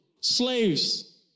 slaves